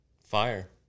Fire